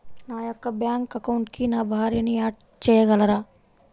నా యొక్క బ్యాంక్ అకౌంట్కి నా భార్యని యాడ్ చేయగలరా?